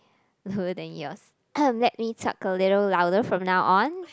lower than yours let me talk a little louder from now on